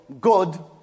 God